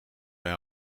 bij